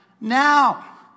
now